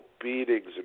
beatings